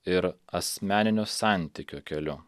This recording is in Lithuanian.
ir asmeninio santykio keliu